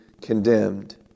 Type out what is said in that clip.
condemned